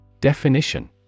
definition